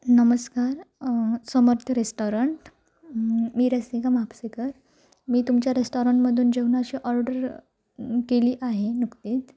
नमस्कार समर्थ रेस्टॉरंट मी रसिका म्हापसेकर मी तुमच्या रेस्टॉरंटमधून जेवणाची ऑर्डर केली आहे नुकतीच